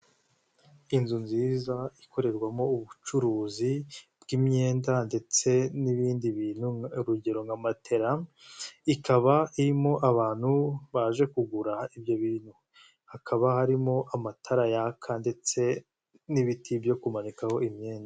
Inzu nziza ikorerwamo ubucuruzi bw'imyenda ndetse n'ibindi bintu, urugero nka matera, ikaba irimo abantu baje kugura ibyo bintu, hakaba harimo amatara yaka ndetse n'ibiti byo kumanikaho imyenda.